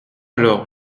alors